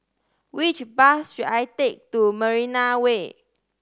which bus should I take to Marina Way